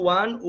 one